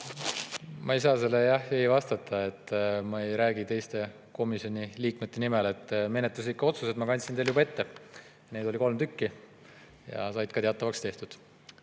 Ma ei saa jah või ei vastata, ma ei räägi teiste komisjoni liikmete nimel. Menetluslikud otsused ma kandsin teile ette. Neid oli kolm tükki ja said ka teatavaks tehtud.